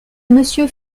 monsieur